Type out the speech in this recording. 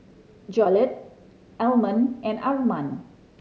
Jolette Almon and Arman